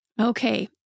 Okay